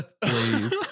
please